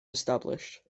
established